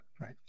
Right